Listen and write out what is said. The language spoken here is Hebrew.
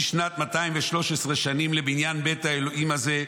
היא שנת 213 שנים לבניין בית האלוהים הזה,